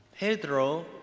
Pedro